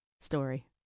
story